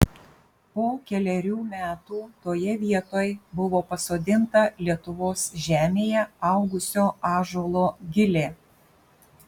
po kelerių metų toje vietoj buvo pasodinta lietuvos žemėje augusio ąžuolo gilė